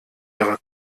ihrer